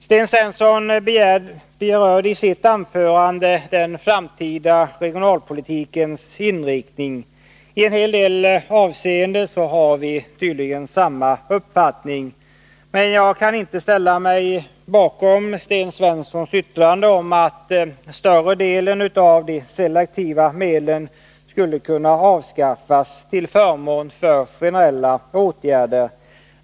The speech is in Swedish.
Sten Svensson berörde i sitt anförande den framtida regionalpolitikens inriktning. I en hel del avseenden har vi tydligen samma uppfattning. Men jag kan inte ställa mig bakom Sten Svenssons yttrande om att större delen av de selektiva medlen skulle kunna avskaffas till förmån för generella åtgärder.